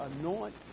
anoint